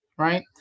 Right